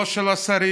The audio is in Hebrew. לא של השרים,